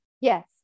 yes